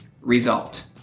result